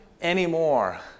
anymore